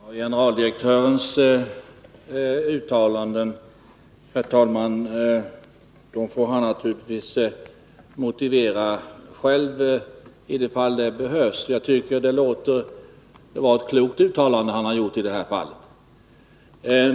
Herr talman! Generaldirektörens uttalanden får han naturligtvis motivera själv i de fall där det behövs. Jag tycker det låter som om det var ett klokt uttalande han har gjort i det här fallet.